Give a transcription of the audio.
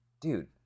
dude